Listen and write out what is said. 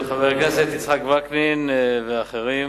של חבר הכנסת יצחק וקנין ואחרים,